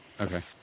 Okay